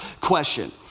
question